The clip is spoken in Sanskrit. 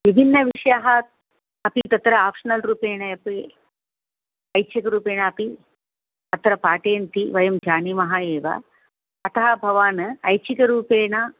विभिन्नविषयः अपि तत्र आप्षनल् रूपेण अपि ऐच्छिकरूपेण अपि अत्र पाठयन्ति वयं जानीमः एव अतः भवान् ऐच्छिकरूपेण